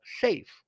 safe